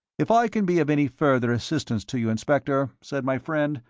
if i can be of any further assistance to you, inspector, said my friend,